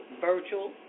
Virtual